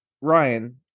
Ryan